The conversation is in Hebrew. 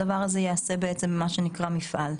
הדבר הזה יעשה מה שנקרא בעצם מפעל.